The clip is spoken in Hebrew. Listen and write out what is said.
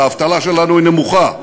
והאבטלה שלנו היא נמוכה.